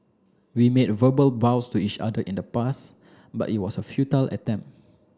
we made verbal vows to each other in the past but it was a futile attempt